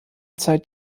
zeit